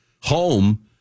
home